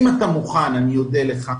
אם אתה מוכן, אני אודה לך,